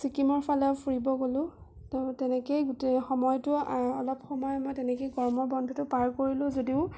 ছিকিমৰ ফালে ফুৰিব গ'লো ত' তেনেকেই গোটেই সময়টো অলপ সময় মই তেনেকেই গৰমৰ বন্ধটো পাৰ কৰিলোঁ যদিও